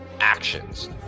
actions